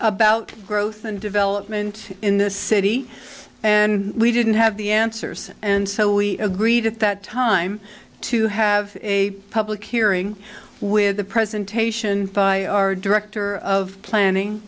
about growth and development in the city and we didn't have the answers and so we agreed at that time to have a public hearing with the presentation by our director of